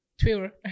twitter